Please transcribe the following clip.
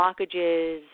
blockages